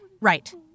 Right